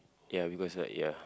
ya because like ya